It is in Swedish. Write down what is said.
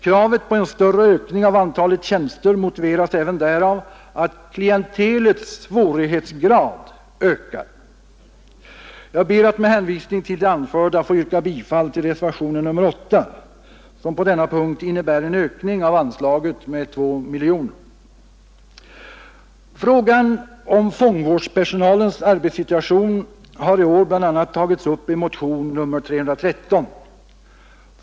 Kravet på en större ökning av antalet tjänster motiveras även därav att klientelets svårighetsgrad ökar. Jag ber att med hänvisning till det anförda få yrka bifall till reservationen 8, som på denna punkt innebär en ökning av anslaget med 2 miljoner. Frågan om fångvårdspersonalens arbetssituation har i år bl.a. tagits upp i motionen 313.